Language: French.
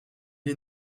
est